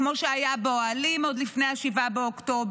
כמו שהיה באוהלים עוד לפני 7 באוקטובר,